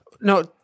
No –